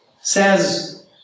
says